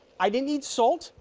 i didn't need salt,